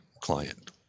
client